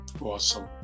Awesome